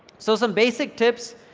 so some basic tips,